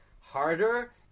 harder